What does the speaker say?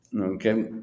Okay